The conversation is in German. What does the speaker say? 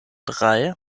drei